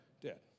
dead